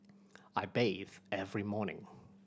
I bathe every morning